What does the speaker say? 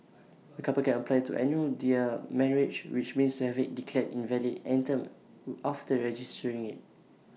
A couple can apply to annul their marriage which means to have IT declared invalid any time who after registering IT